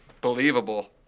believable